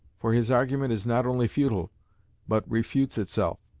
for his argument is not only futile but refutes itself.